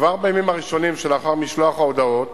כבר בימים הראשונים שלאחר משלוח ההודעות